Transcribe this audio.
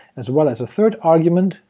as well as a third argument,